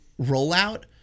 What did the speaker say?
rollout